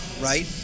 right